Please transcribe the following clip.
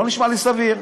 לא נשמע לי סביר.